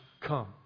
come